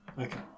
okay